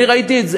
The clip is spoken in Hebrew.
אני ראיתי את זה.